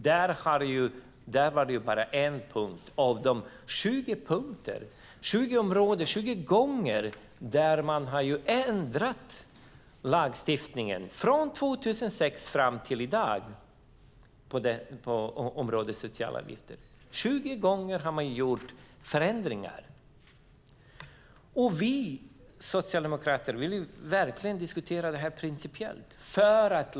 Det är bara en punkt av 20, ett av 20 områden, en av 20 gånger som man från 2006 fram till i dag har ändrat lagstiftningen på området sociala avgifter. 20 gånger har man gjort förändringar. Vi socialdemokrater vill verkligen diskutera detta principiellt.